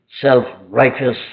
self-righteous